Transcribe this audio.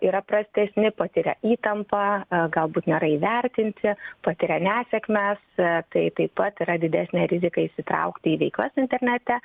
yra prastesni patiria įtampą galbūt nėra įvertinti patiria nesėkmes tai taip pat yra didesnė rizika įsitraukti į veiklas internete